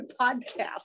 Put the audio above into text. podcast